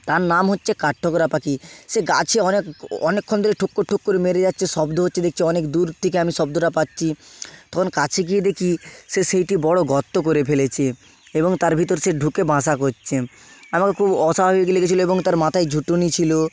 তার নাম হচ্ছে কাঠঠোকরা পাখি সে গাছে অনেক অনেকক্ষণ ধরে ঠোক্কর ঠোক্কর মেরে যাচ্ছে শব্দ হচ্ছে দেখছে অনেক দূর থেকে আমি শব্দটা পাচ্ছি তখন কাছে গিয়ে দেখি সে সেইটি বড়ো গর্ত করে ফেলেছে এবং তার ভেতর সে ঢুকে বাসা করছে আমাকে খুব অস্বাভাবিক লেগেছিলো এবং তার মাথায় ঝুঁটি ছিলো